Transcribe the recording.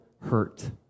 hurt